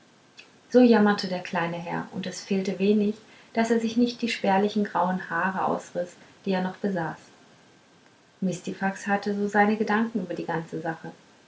so jammerte der kleine herr und es fehlte wenig daß er sich nicht die spärlichen grauen haare ausriß die er noch besaß mistifax hatte so seine gedanken über die ganze sache